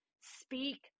Speak